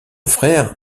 frère